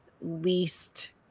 least